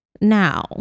now